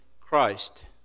Christ